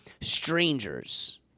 strangers